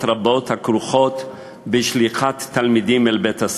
הרבות הכרוכות בשליחת תלמידים אל בית-הספר.